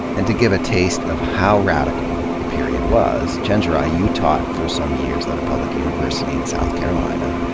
and to give a taste of how radical the period was chenjerai, you taught for some years at a public university in south carolina.